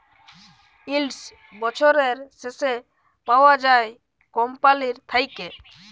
yield বসরের শেষে পাউয়া যায় কম্পালির থ্যাইকে